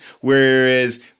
Whereas